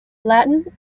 latin